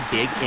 Big